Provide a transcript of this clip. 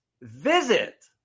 visit